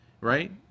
Right